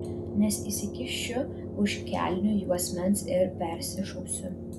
nes įsikišiu už kelnių juosmens ir persišausiu